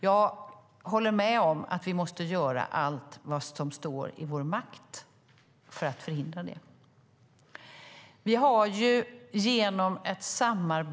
Jag håller med om att vi måste göra allt som står i vår makt för att förhindra det.